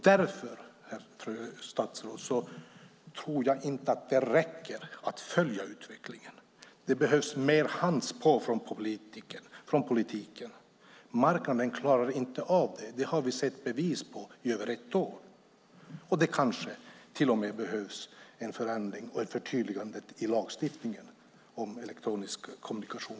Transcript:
Därför, fru statsråd, tror jag inte att det räcker att följa utvecklingen. Det behövs mer hands on från politiken. Marknaden klarar inte av detta. Det har vi sett bevis på i över ett år. Det kanske till och med behövs en förändring och ett förtydligande i lagen om elektronisk kommunikation.